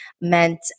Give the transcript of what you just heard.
meant